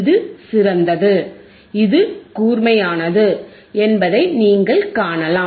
இது சிறந்தது இது கூர்மையானது என்பதை நீங்கள் காணலாம்